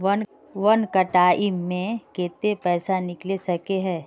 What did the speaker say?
वन time मैं केते पैसा निकले सके है?